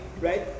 right